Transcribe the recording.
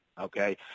Okay